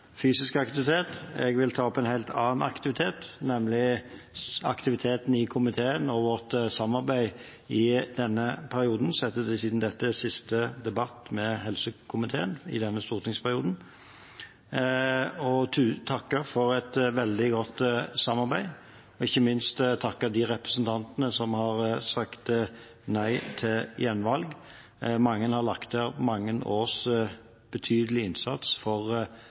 fysisk aktivitet. Jeg vil ta opp en helt annen aktivitet, nemlig aktiviteten i komiteen og vårt samarbeid i denne perioden, siden dette er siste debatt med helse- og omsorgskomiteen i denne stortingsperioden. Jeg vil takke for et veldig godt samarbeid og ikke minst takke de representantene som har sagt nei til gjenvalg. Mange har lagt ned mange års betydelig innsats for